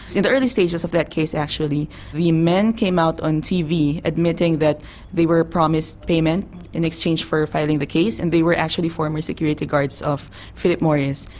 in the early stages of that case actually the men came out on tv admitting that they were promised payment in exchange for filing the case, and they were actually former security guards of philip morris.